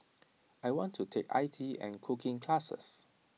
I want to take I T and cooking classes